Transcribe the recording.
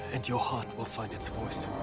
and your heart will find its voice.